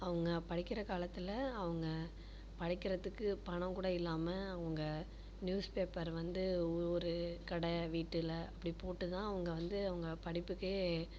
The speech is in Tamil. அவங்க படிக்கிற காலத்தில் அவங்க படிக்கிறதுக்கு பணம் கூட இல்லாமல் அவங்க நியூஸ் பேப்பர் வந்து ஒவ்வொரு கடை வீட்டில் அப்படி போட்டு தான் அவங்க வந்து அவங்க படிப்புக்கே